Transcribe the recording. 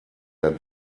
der